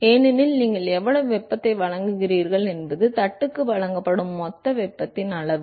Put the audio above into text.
ஏனெனில் நீங்கள் இங்கு எவ்வளவு வெப்பத்தை வழங்குகிறீர்கள் என்பது தட்டுக்கு வழங்கப்படும் மொத்த வெப்பத்தின் அளவு